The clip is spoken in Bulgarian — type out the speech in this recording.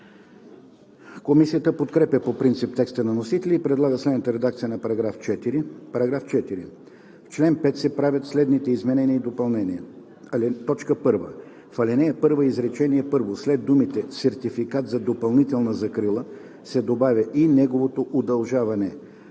Комисията подкрепя по принцип текста на вносителя и предлага следната редакция на § 4: „§ 4. В чл. 5 се правят следните изменения и допълнения: 1. В ал. 1, изречение първо след думите „сертификат за допълнителна закрила“ се добавя „и неговото удължаване“,